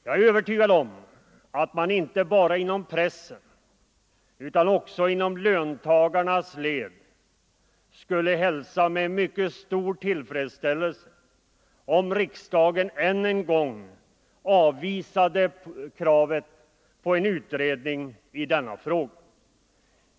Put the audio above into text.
Jag är övertygad om att man inte bara inom pressen utan också inom löntagarnas led skulle hälsa med mycket stor tillfredsställelse om riksdagen än en gång avvisade kravet på en utredning i denna fråga.